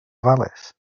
ofalus